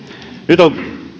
nyt on